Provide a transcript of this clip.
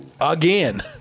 Again